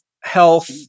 health